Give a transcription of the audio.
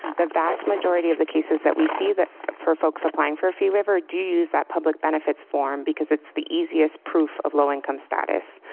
the vast majority of the cases that we see for folks applying for a fee waiver do use that public benefits form because it's the easiest proof of low income status.